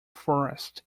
forest